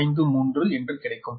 453 என்று கிடைக்கும்